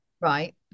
Right